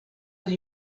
that